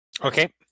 Okay